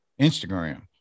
Instagram